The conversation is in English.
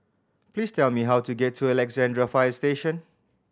please tell me how to get to Alexandra Fire Station